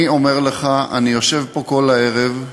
אני אומר לך, אני יושב פה כל הערב,